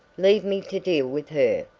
leave me to deal with her.